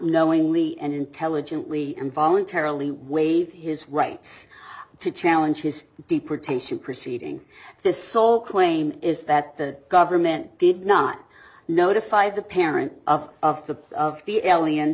knowingly and intelligently and voluntarily waive his right to challenge his deportation proceeding this so claim is that the government did not notify the parent of of the of the alien